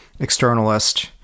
externalist